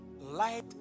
light